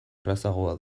errazagoa